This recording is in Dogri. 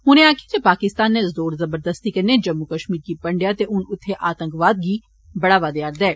उने आक्खेआ जे पाकिस्तान नै जोर जबरदस्ती कन्नै जम्मू कष्मीर गी बंडेआ ते हन उत्थे आतंकवाद गी बढ़ावा देआ रदा ऐ